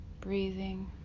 breathing